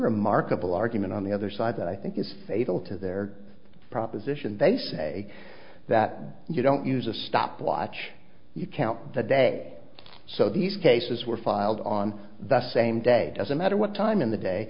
remarkable argument on the other side that i think is fatal to their proposition they say that you don't use a stopwatch you count the day so these cases were filed on the same day doesn't matter what time in the day